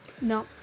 no